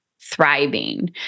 thriving